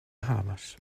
havas